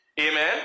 Amen